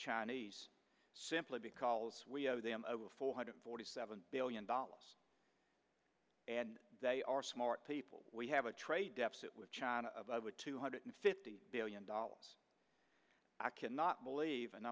chinese simply because we have them over four hundred forty seven billion dollars and they are smart people we have a trade deficit with china with two hundred fifty billion dollars i cannot believe and